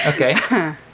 Okay